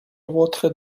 votre